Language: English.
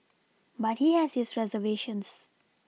but he has his reservations